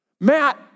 Matt